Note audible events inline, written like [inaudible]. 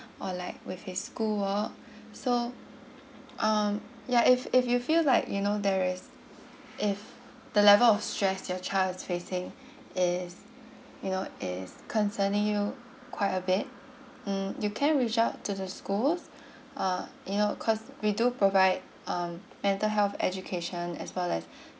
or like with his school all so um ya if if you feel like you know there is if the level of stress your child is facing is you know is concerning you quite a bit mm you can reach out to the schools [breath] uh you know cause we do provide um mental health education as well as [breath]